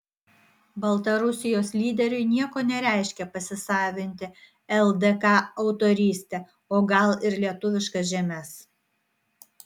baltarusijos lyderiui nieko nereiškia pasisavinti ldk autorystę o gal ir lietuviškas žemes